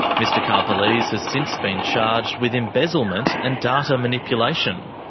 mr karpeles has since been charged with embezzlement and data manipulation.